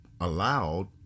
allowed